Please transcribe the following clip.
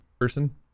person